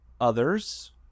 others